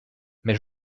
mais